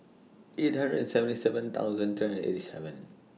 eight hundred and seventy seven thousand three and eighty seven